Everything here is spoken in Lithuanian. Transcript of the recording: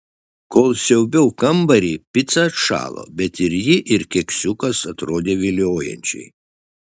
kol siaubiau kambarį pica atšalo bet ir ji ir keksiukas atrodė viliojančiai